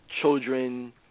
children